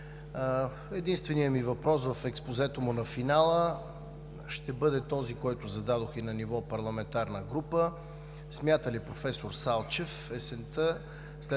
Единственият ми въпрос в експозето му на финала ще бъде този, който зададох и на ниво парламентарна група: смята ли професор Салчев есента,